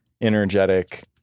energetic